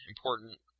important